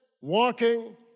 walking